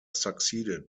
succeeded